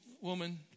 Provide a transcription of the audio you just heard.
woman